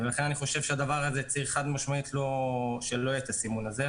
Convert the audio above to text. ולכן אני חושב שחד-משמעית צריך שלא יהיה הסימון הזה.